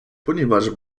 ponieważ